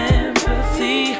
empathy